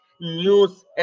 news